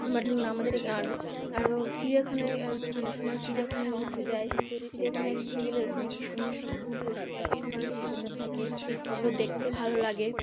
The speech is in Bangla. আবার যখন আমাদের আর আরও চিড়িয়াখানায় আর ঠান্ডার সময় চিড়িয়াখানায় ঘুরতে যায় চিড়িয়াখানায় ঘুরতে গেলে ওখানে কী সুন্দর সব পশু পাখি সব আরও কী সুন্দর থাকে ওগুলো দেখতে ভালো লাগে